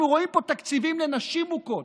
אנחנו רואים פה תקציבים לנשים מוכות.